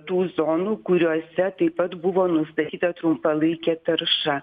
tų zonų kuriose taip pat buvo nustatyta trumpalaikė tarša